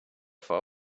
far